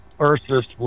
Ursus